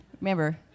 Remember